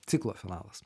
ciklo finalas